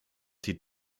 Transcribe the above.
die